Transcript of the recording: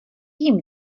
jim